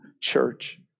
church